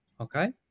okay